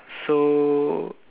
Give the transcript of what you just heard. so